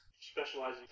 Specializing